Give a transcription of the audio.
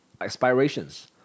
aspirations